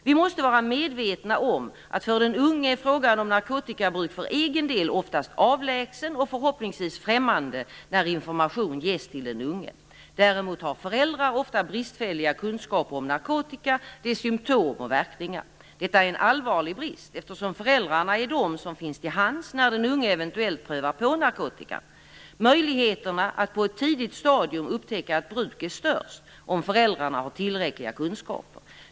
Vi måste vara medvetna om att för den unge är frågan om narkotikabruk för egen del oftast avlägsen och förhoppningsvis främmande när information ges till den unge. Däremot har föräldrar ofta bristfälliga kunskaper om narkotika, dess symtom och verkningar. Detta är en allvarlig brist, eftersom föräldrarna är de som finns till hands när den unge eventuellt prövar på narkotika. Möjligheterna att på ett tidigt stadium upptäcka ett bruk är störst om föräldrarna har tillräckliga kunskaper.